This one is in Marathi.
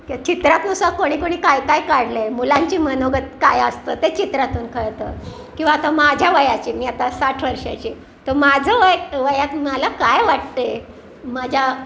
चित्रात नुसा कोणी कोणी काय काय काढलं आहे मुलांची मनोगत काय असतं ते चित्रातून कळतं किंवा आता माझ्या वयाचे मी आता साठ वर्षाची तर माझं वय वयात मला काय वाटतं आहे माझ्या